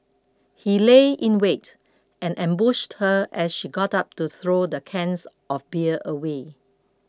he lay in wait and ambushed her as she got up to throw the cans of beer away